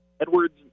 Edwards